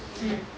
mm